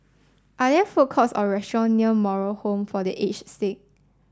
are there food courts or restaurant near Moral Home for The Aged Sick